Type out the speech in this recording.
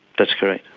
that's correct.